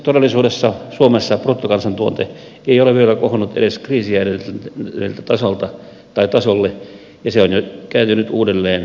todellisuudessa suomessa bruttokansantuote ei ole vielä kohonnut edes kriisiä edeltäneelle tasolle ja se on jo kääntynyt uudelleen laskuun